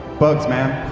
bugs, man.